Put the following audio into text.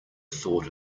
thought